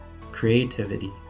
creativity